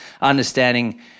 understanding